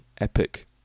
epic